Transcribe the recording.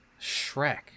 Shrek